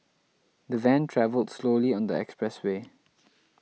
the van travelled slowly on the expressway